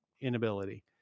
inability